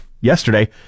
yesterday